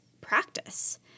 practice